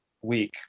week